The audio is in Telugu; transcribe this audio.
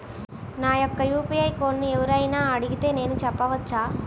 నా యొక్క యూ.పీ.ఐ కోడ్ని ఎవరు అయినా అడిగితే నేను చెప్పవచ్చా?